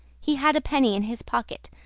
he had a penny in his pocket,